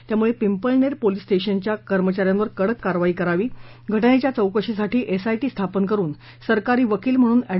त्यामुळे पिंपळनेर पोलीस ठाण्याच्या कर्मचाऱ्यांवर कडक कारवाई करावी घटनेच्या चौकशीसाठी एसआयटी स्थापन करून सरकारी वकील म्हणून ऍड